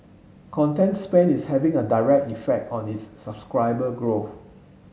content spend is having a direct effect on its subscriber growth